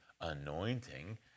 anointing